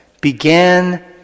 began